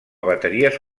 bateries